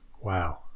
Wow